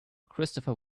christopher